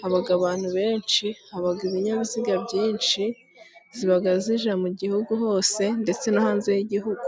haba abantu benshi, haba ibinyabiziga byinshi, ziba zije mu gihugu hose ndetse no hanze y'igihugu.